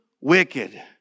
wicked